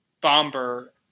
Bomber